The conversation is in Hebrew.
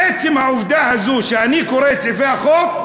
עצם העובדה שאני קורא את סעיפי החוק,